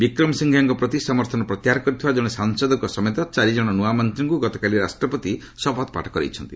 ବିକ୍ରମ ସିଂଘେଙ୍କ ପ୍ରତି ସମର୍ଥନ ପ୍ରତ୍ୟାହାର କରିଥିବା କଣେ ସାଂସଦଙ୍କ ସମେତ ଚାରି ଜଣ ନୂଆ ମନ୍ତ୍ରୀଙ୍କୁ ଗତକାଲି ରାଷ୍ଟ୍ରପତି ଶପଥପାଠ କରାଇଛନ୍ତି